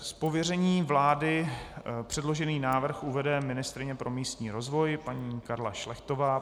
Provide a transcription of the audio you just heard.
Z pověření vlády předložený návrh uvede ministryně pro místní rozvoj paní Karla Šlechtová.